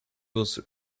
was